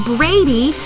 Brady